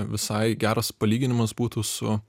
visai geras palyginimas būtų su